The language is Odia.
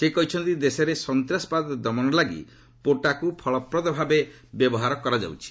ସେ କହିଛନ୍ତି ଦେଶରେ ସନ୍ତାସବାଦ ଦମନ ଲାଗି ପୋଟାକ୍ର ଫଳପ୍ରଦ ଭାବେ ବ୍ୟବହାର କରାଯାଉଛି